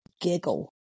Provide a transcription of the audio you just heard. giggle